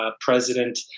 president